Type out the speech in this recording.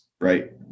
right